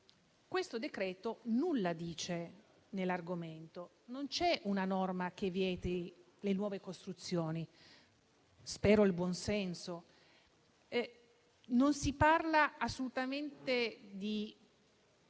Questo decreto nulla dice sull'argomento. Non c'è una norma che vieti le nuove costruzioni. Spero nel buon senso. Non si parla assolutamente di